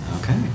Okay